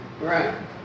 Right